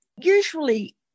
Usually